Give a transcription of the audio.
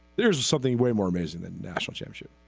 there's something we're more amazing and national change yeah